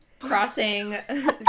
Crossing